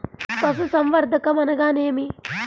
పశుసంవర్ధకం అనగా ఏమి?